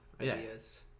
Ideas